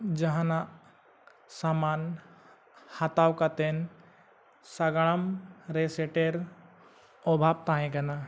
ᱡᱟᱦᱟᱱᱟᱜ ᱥᱟᱢᱟᱱ ᱦᱟᱛᱟᱣ ᱠᱟᱛᱮᱱ ᱥᱟᱸᱜᱟᱲᱚᱢ ᱨᱮ ᱥᱮᱴᱮᱨ ᱚᱵᱷᱟᱵ ᱛᱟᱦᱮᱸ ᱠᱟᱱᱟ